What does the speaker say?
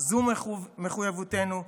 זו מחויבותנו,